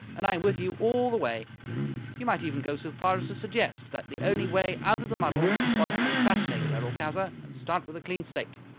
and i'm with you all the way you might even go so far as to suggest that the only way out of the muddle was to assassinate merolchazzar and start with a clean slate.